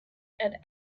and